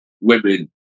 women